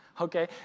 okay